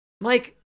Mike